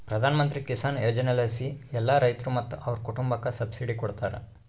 ಪ್ರಧಾನಮಂತ್ರಿ ಕಿಸಾನ್ ಯೋಜನೆಲಾಸಿ ಎಲ್ಲಾ ರೈತ್ರು ಮತ್ತೆ ಅವ್ರ್ ಕುಟುಂಬುಕ್ಕ ಸಬ್ಸಿಡಿ ಕೊಡ್ತಾರ